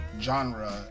genre